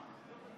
שלוש.